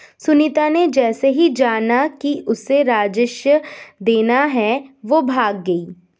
सुनीता ने जैसे ही जाना कि उसे राजस्व देना है वो भाग गई